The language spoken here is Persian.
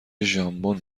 ژامبون